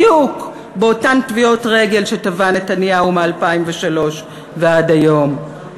בדיוק באותן טביעות רגל שטבע נתניהו מ-2003 ועד היום,